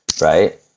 right